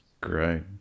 Great